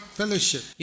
fellowship